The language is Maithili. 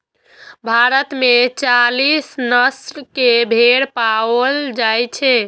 भारत मे चालीस नस्ल के भेड़ पाओल जाइ छै